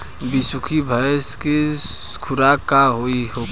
बिसुखी भैंस के खुराक का होखे?